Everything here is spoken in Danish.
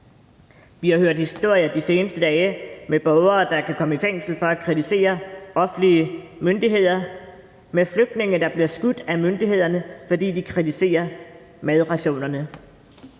Vi har hørt historier de seneste dage om borgere, der kan komme i fængsel for at kritisere offentlige myndigheder; om flygtninge, der bliver skudt af myndighederne, fordi de kritiserer madrationerne.